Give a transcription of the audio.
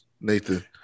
Nathan